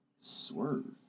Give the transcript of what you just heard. Swerve